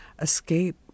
escape